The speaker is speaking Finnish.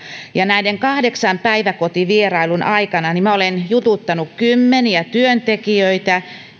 näiden kahdeksan päiväkotivierailun aikana minä olen jututtanut kymmeniä työntekijöitä